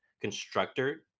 constructor